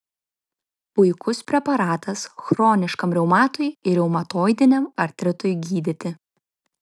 puikus preparatas chroniškam reumatui ir reumatoidiniam artritui gydyti